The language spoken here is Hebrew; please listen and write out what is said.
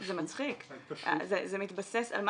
זה מצחיק --- ההתקשרות --- על מה